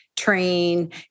train